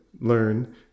learn